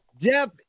Jeff